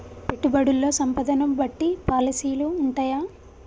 పెట్టుబడుల్లో సంపదను బట్టి పాలసీలు ఉంటయా?